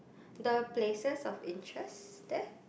the places of interest there